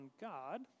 God